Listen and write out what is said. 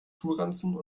schulranzen